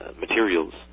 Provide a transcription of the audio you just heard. materials